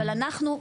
אבל אנחנו,